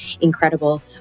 incredible